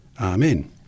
Amen